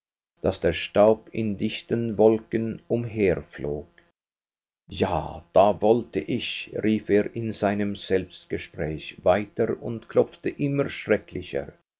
daß der staub in dichten wolken umherflog ja da wollte ich rief er in seinem selbstgespräch weiter und klopfte immer schrecklicher